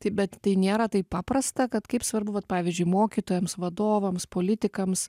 tai bet tai nėra taip paprasta kad kaip svarbu vat pavyzdžiui mokytojams vadovams politikams